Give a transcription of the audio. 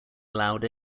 allowed